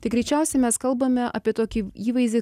tai greičiausiai mes kalbame apie tokį įvaizdį